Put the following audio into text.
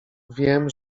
wiem